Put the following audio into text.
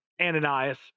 Ananias